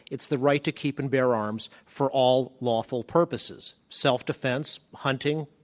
it's the right to keep and bear arms for all lawful purposes, self-defense, hunting,